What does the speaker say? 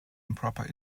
improper